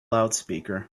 loudspeaker